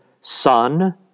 Son